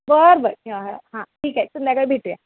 बर बर ठेवा हा ठीक आहे संध्याकाळी भेटूया